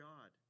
God